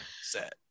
set